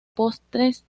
postes